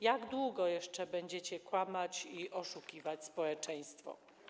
Jak długo jeszcze będziecie kłamać i oszukiwać społeczeństwo?